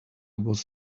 was